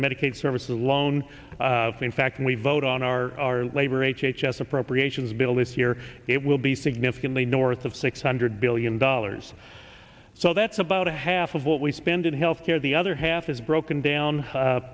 medicaid services alone in fact we vote on our labor h h s appropriations bill this year it will be significantly north of six hundred billion dollars so that's about a half of what we spend in health care the other half is broken down